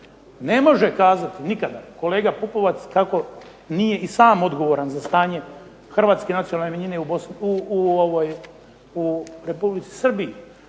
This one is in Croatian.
Ne može kazati nikada kolega Pupovac kako nije i sam odgovoran za stanje Hrvatske nacionalne manjine u Srbiji.